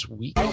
week